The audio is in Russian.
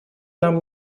нам